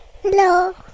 hello